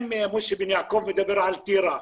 אם משה בן יעקב מדבר על טירה,